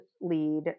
lead